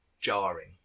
jarring